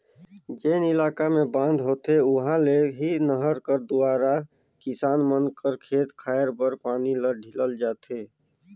जेन इलाका मे बांध होथे उहा ले ही नहर कर दुवारा किसान मन कर खेत खाएर बर पानी ल ढीलल जाथे